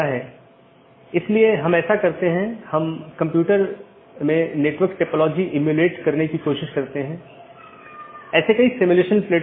हालाँकि एक multi home AS को इस प्रकार कॉन्फ़िगर किया जाता है कि यह ट्रैफिक को आगे न बढ़ाए और पारगमन ट्रैफिक को आगे संचारित न करे